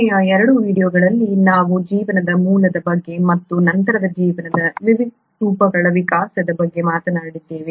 ಕೊನೆಯ 2 ವೀಡಿಯೊಗಳಲ್ಲಿ ನಾವು ಜೀವನದ ಮೂಲದ ಬಗ್ಗೆ ಮತ್ತು ನಂತರ ಜೀವನದ ವಿವಿಧ ರೂಪಗಳ ವಿಕಾಸದ ಬಗ್ಗೆ ಮಾತನಾಡಿದ್ದೇವೆ